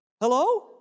Hello